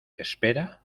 espera